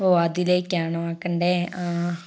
ഓ അതിലേക്കാണോ ആക്കേണ്ടത് ആ